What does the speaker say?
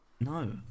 No